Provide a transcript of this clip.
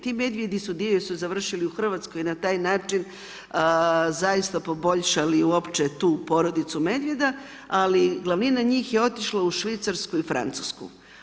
Ti medvjedi su, dio su završili u Hrvatskoj na taj način zaista poboljšali uopće tu porodicu medvjeda, ali glavnina njih je otišla u Švicarsku i Francusku.